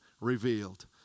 revealed